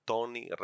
Tony